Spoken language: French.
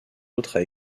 autres